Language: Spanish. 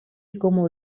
como